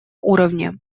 уровне